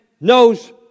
knows